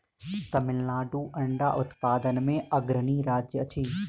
तमिलनाडु अंडा उत्पादन मे अग्रणी राज्य अछि